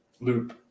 loop